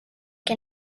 que